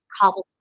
cobblestone